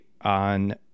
on